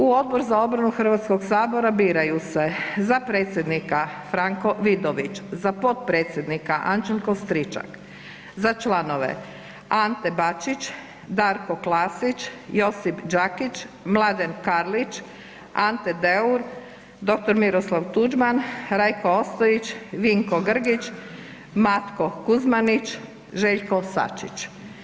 U Odbor za obranu Hrvatskog sabora biraju se: za predsjednika Franko Vidović, za potpredsjednika Anđelko Stričak, za članove Ante Bačić, Darko Klasić, Josip Đakić, Mladen Karlić, Ante Deur, dr. Miroslav Tuđman, Rajko Ostojić, Vinko Grgić, Matko Kuzmanić, Željko Sačić.